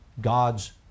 God's